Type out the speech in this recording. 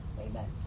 amen